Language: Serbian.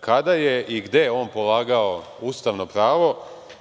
kada je i gde on polagao ustavno pravo,